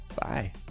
Bye